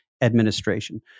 administration